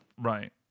Right